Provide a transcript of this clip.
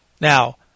Now